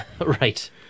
Right